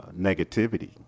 negativity